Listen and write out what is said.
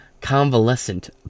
convalescent